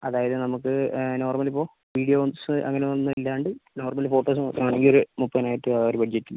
അതായത് നമുക്ക് നോർമൽ ഇപ്പോൾ വീഡിയോസ് അങ്ങന ഒന്നും ഇല്ലാണ്ട് നോർമല് ഫോട്ടോസ് മാത്രമാണെങ്കിൽ ഒരു മുപ്പതിനായിരത്തി ആ ഒരു ബഡ്ജറ്റിൽ